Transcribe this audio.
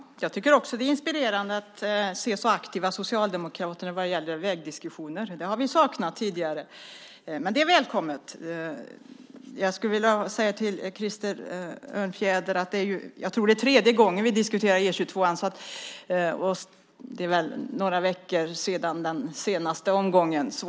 Herr talman! Jag tycker också att det är inspirerande att se så aktiva socialdemokrater vad gäller vägdiskussioner. Det har vi saknat tidigare. Men det är välkommet. Jag skulle vilja säga till Krister Örnfjäder att jag tror det är tredje gången vi diskuterar E 22:an. Det är väl några veckor sedan den senaste omgången.